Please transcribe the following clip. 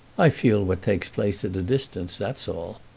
i feel what takes place at a distance that's all.